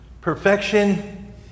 Perfection